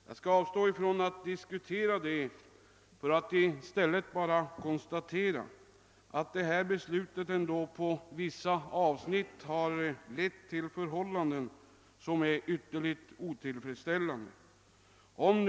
Jag skall avstå från att diskutera detta och nöjer mig med att konstatera att beslutet ändå på vissa avsnitt har lett till ytterligt otillfredsställande förhållanden.